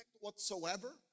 whatsoever